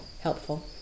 helpful